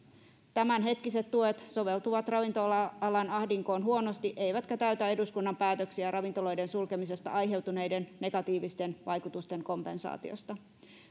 tämänhetkiset tuet soveltuvat ravintola alan ahdinkoon huonosti eivätkä täytä eduskunnan päätöksiä ravintoloiden sulkemisesta aiheutuneiden negatiivisten vaikutusten kompensaatiosta